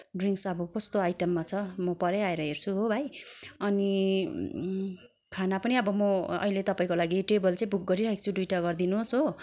drinks अब कस्तो आइटममा छ म परै आएर हेर्छु हो भाइ अनि खाना पनि अब म अहिले तपाईँको लागि टेबल चहिँ बुक गरिराखेको छु दुइटा गरिदिनुहोस् हो